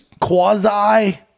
quasi-